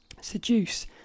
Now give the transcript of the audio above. seduce